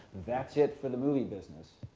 that's it for the movie business.